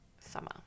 Summer